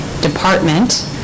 department